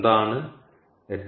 എന്താണ് HRSG